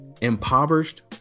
impoverished